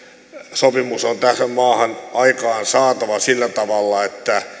on tähän maahan aikaansaatava sillä tavalla että